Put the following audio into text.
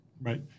right